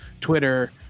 twitter